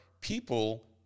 people